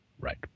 Right